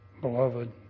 Beloved